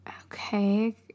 Okay